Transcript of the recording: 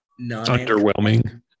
Underwhelming